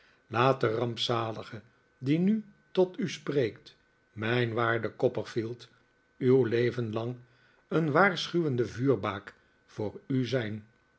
laat de rampzalige die nu tot u spreekt mijn waarde copperfield uw leven lang een waarschuwende vuurbaak voor u zijn